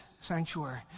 sanctuary